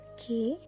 Okay